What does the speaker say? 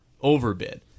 overbid